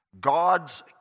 God's